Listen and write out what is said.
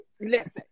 listen